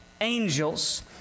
angels